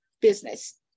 business